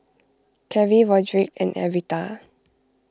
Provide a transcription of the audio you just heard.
Carey Roderick and Arietta